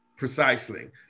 Precisely